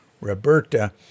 Roberta